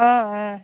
অঁ অঁ